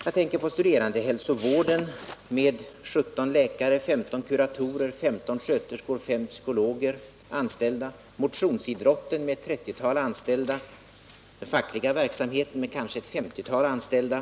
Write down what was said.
Jag tänker på studerandehälsovården med 17 läkare, 15 kuratorer, 15 sköterskor och 5 psykologer anställda, motionsidrotten med ett 30-tal anställda och den fackliga verksamheten med kanske ett 50-tal anställda.